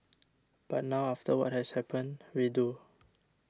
but now after what has happened we do